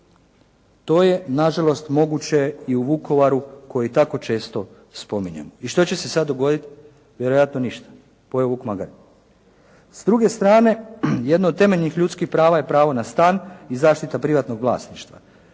To je na žalost moguće i u Vukovaru koji tako često spominjemo. I što će se sad dogoditi. Vjerojatno ništa “pojeo vuk magare“. S druge strane, jedno od temeljnih ljudskih prava je pravo na stan i zaštita privatnog vlasništva.